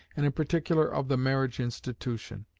and in particular of the marriage institution.